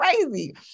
crazy